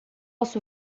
posso